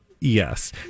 Yes